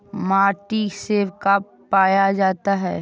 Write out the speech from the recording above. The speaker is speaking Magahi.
माटी से का पाया जाता है?